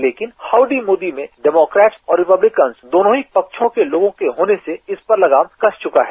लेकिन हाउडी मोदी में डेमोक्रेट और रिपब्लिकन्स दोनों ही पक्षों के लोग होने से इस पर लगाम कस चुका है